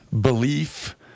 belief